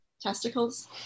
testicles